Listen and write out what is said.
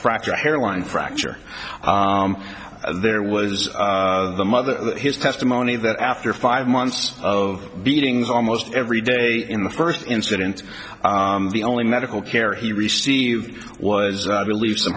fracture hairline fracture there was the mother of his testimony that after five months of beatings almost every day in the first incident the only medical care he received was relieve some